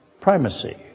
primacy